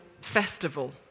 Festival